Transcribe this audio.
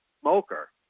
smoker